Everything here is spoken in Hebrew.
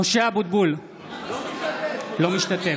(קורא בשמות חברי הכנסת) משה אבוטבול, אינו משתתף